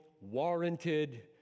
warranted